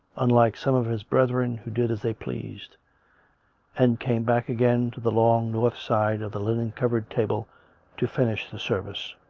unlike some of his brethren who did as they pleased and came back again to the long north side of the linen-covered table to finish the service.